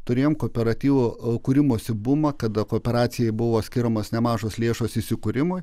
turėjom kooperatyvų o kūrimosi bumą kada kooperacijai buvo skiriamos nemažos lėšos įsikūrimui